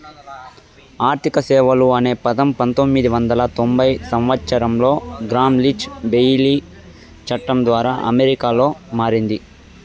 ఆర్థిక సేవలు అనే పదం పంతొమ్మిది వందల తొంభై సంవచ్చరంలో గ్రామ్ లీచ్ బ్లెయిలీ చట్టం ద్వారా అమెరికాలో మారింది